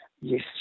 Yes